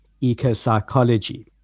eco-psychology